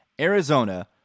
Arizona